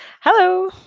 Hello